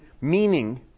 meaning